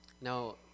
Now